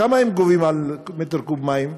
כמה הן גובות על מטר מעוקב מים?